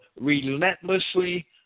relentlessly